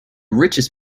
richest